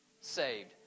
Saved